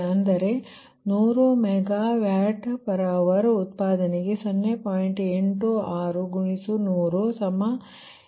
ಅಂದರೆ 100 MWh ಉತ್ಪಾಧನೆಗೆ 0